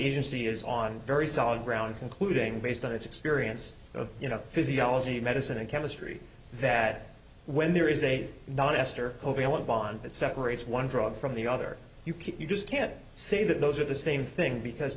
agency is on very solid ground concluding based on its experience of you know physiology medicine and chemistry that when there is a non esther over one bond that separates one drug from the other you keep you just can't say that those are the same thing because